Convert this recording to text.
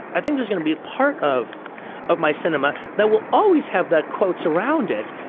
i think there's going to be a part of of my cinema that will always have that quotes around it.